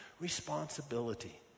responsibility